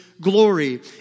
glory